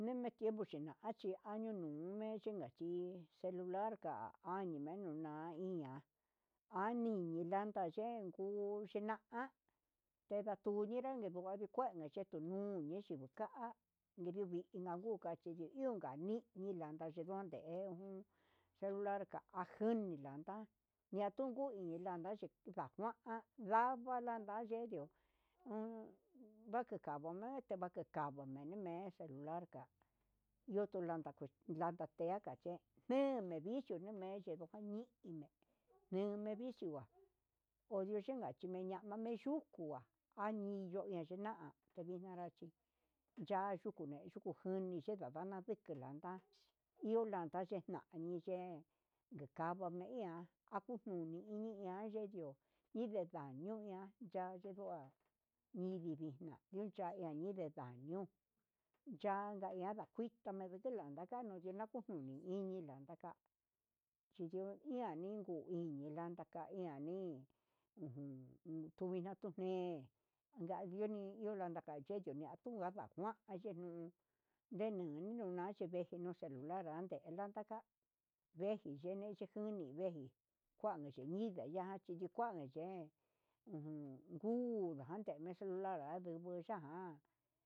Mene tiempo xhina akache niungu nichinda chí he celular ka'a animeniña iha aniniya yanka yen kuu, uchena tenrá tuninrá ndehua nikuena yetuu nuu yenduka yenuu ve'e lanuu uka chi iunka ni'i nilanda yeuu yelarka ajuni landa yatunku uniyanka chi kuida, kuan landa nayendio uun ndante kavo'o nete ndeku kavo'o numeni me'e celular ka'a ndiotulanda landa teoka chen mendicho nume'e, eyendo kumini nimevichua oduchenka chiñama mi'i yuku añillo yuku na'a enarachí ya'a kune yuku njuni xhenda ndankue kelanda inranda yexna ni'i yee ndukava me ian ajujuni yeni mia ye'e nduju ide daño ña'a, ya'á ndua vini nixna yunchea yanini yana'a nuu yanda nguia nakuii tanda lekelanda kanuu yenakuji iin ian landa china kanento ian lanein ujun tujixna tune'e ngalio lannda kacheyo nia tuya ngua yenu tuyaxnua yeveje celular anduu he lanvenra veji yene chenguni veji kuana chi mede ya'a nichí yikuanja yen uju nguu najan ndeme celular andunguu ya'a ján.